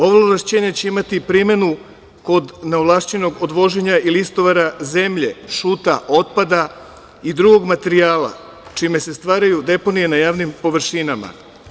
Ovo ovlašćenje će imati primenu kod neovlašćenog odvoženja ili istovara zemlje, šuta, otpada i drugog materija čime se stvaraju deponije na javnim površinama.